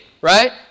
right